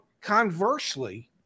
conversely